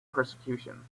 persecution